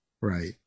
right